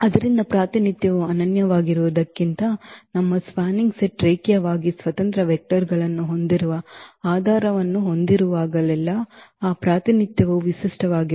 ಆದ್ದರಿಂದ ಪ್ರಾತಿನಿಧ್ಯವು ಅನನ್ಯವಾಗಿರುವುದಕ್ಕಿಂತ ನಮ್ಮ spanning set ರೇಖೀಯವಾಗಿ ಸ್ವತಂತ್ರ ವೆಕ್ಟರ್ ಗಳನ್ನು ಹೊಂದಿರುವ ಆಧಾರವನ್ನು ಹೊಂದಿರುವಾಗಲೆಲ್ಲಾ ಆ ಪ್ರಾತಿನಿಧ್ಯವೂ ವಿಶಿಷ್ಟವಾಗಿರುತ್ತದೆ